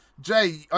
Jay